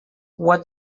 what